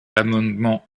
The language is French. l’amendement